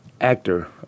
Actor